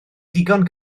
ddigon